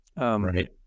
Right